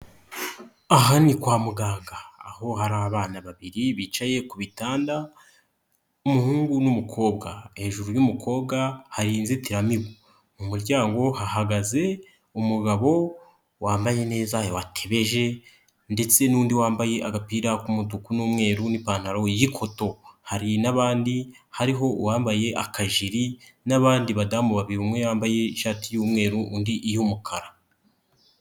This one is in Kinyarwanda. Aha ni kwa muganga aho hari abana babiri bicaye ku bitanda umuhungu n'umukobwa, hejuru y'umukobwa hari inzitiramibu, mu muryango hahagaze umugabo wambaye neza watebeje ndetse n'undi wambaye agapira k'umutuku n'umweru n'ipantaro y'ikoto, hari n'abandi hariho uwambaye akajiri n'abandi badamu babiri umwe yambaye ishati y'umweru, undi iy'umukara.